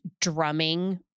drumming